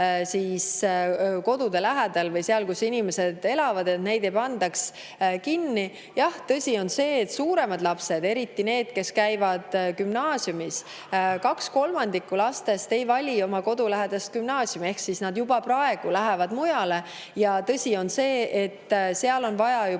pidada kodude lähedal, seal, kus inimesed elavad, ja neid ei pandaks kinni. Jah, tõsi on see, et suuremad lapsed, eriti need, kes käivad gümnaasiumis, [käivad koolis kaugemal]. Kaks kolmandikku lastest ei vali oma kodulähedast gümnaasiumi ehk nad juba praegu lähevad mujale. Ja tõsi on see, et seal on vaja